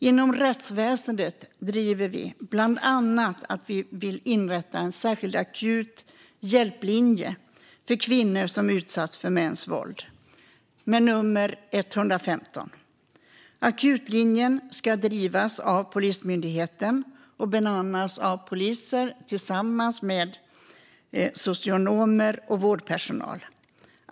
Inom rättsväsendet driver vi bland annat att vi vill inrätta en särskild akut hjälplinje, med nummer 115, för kvinnor som utsatts för mäns våld. Akutlinjen ska drivas av Polismyndigheten och bemannas av poliser tillsammans med socionomer och vårdpersonal.